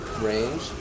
range